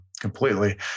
completely